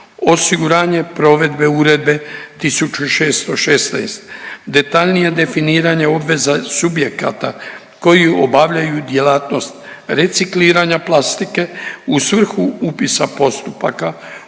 Osiguranje provedbe Uredbe 1616, detaljnije definiranje obveza subjekata koji obavljaju djelatnost recikliranja plastike u svrhu upisa postupaka